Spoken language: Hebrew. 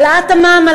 העלאת המע"מ.